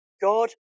God